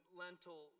lentil